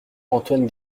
antoine